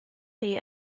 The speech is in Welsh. chi